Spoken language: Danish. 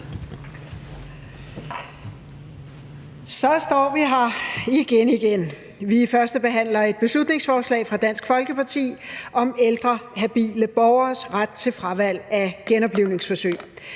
Så står vi her igen igen. Vi førstebehandler et beslutningsforslag fra Dansk Folkeparti om ældre habile borgeres ret til fravalg af genoplivningsforsøg.